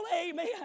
Amen